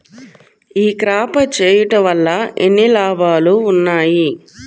ఈ క్రాప చేయుట వల్ల ఎన్ని లాభాలు ఉన్నాయి?